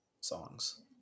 songs